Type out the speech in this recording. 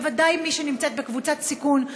בוודאי מי שנמצאת בקבוצת סיכון,